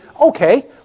okay